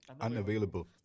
Unavailable